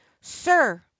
sir